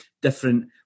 different